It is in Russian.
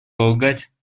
полагать